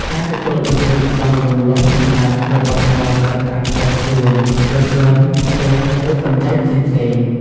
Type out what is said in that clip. ការទទួលបន្ទុកបង់រំលស់សម្រាប់របស់របរប្រើប្រាស់ផ្ទាល់ខ្លួន រថយន្ត ផ្ទះ ឬកម្ចីផ្សេងៗ។